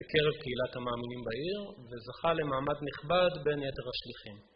בקרב קהילת המאמינים בעיר, וזכה למעמד נכבד בין יתר השליחים.